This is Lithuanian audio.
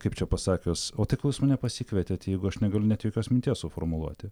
kaip čia pasakius o tai ko jūs mane pasikvietėte jeigu aš negaliu net jokios minties suformuluoti